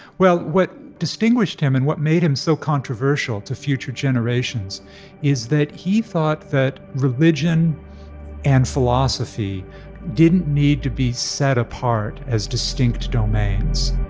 well, what distinguished him and what made him so controversial to future future generations is that he thought that religion and philosophy didn't need to be set apart as distinct domains,